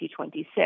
2026